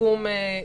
שיקום עסקיים,